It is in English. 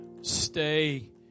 Stay